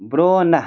برٛونہ